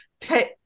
take